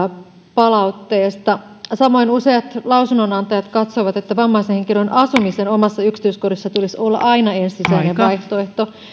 palautteesta samoin useat lausunnonantajat katsovat että vammaisen henkilön asumisen omassa yksityiskodissa tulisi olla aina ensisijainen vaihtoehto